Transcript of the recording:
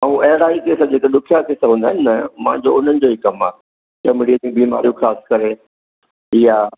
ऐं अहिड़ा ई जिते जिते ॾुखिया थी चवंदा आहिनि न मांजो उन्हनि जो ही कमु आहे चमिड़े जी बीमारियूं ख़ासि करे या